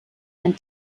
ein